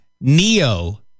Neo